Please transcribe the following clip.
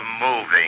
moving